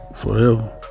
forever